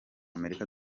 amerika